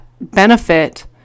benefit